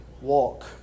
walk